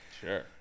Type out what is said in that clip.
Sure